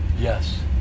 Yes